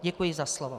Děkuji za slovo.